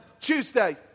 Tuesday